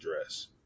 address